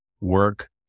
work